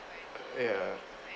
ya